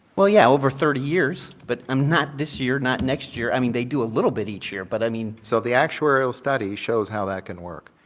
well, yeah over thirty years but um not this year, not next year i mean they do a little bit each year but i mean so they actual real study shows how that can work.